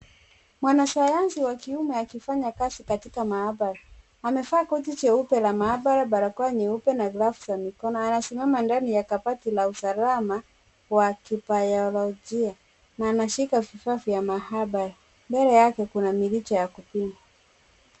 Mwanasayansi wa kiume akifanya kazi katika maabara. Amevaa koti jeupe la maabara, barakoa nyeupe na glavu za mikono. Anasimama ndani ya kabati la usalama wa kibaolojia na anashika vifaa vya maabara. Mbele yake kuna mirija ya kupima.